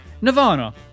Nirvana